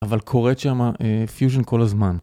אבל קוראת שם פיוז'ן כל הזמן.